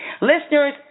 Listeners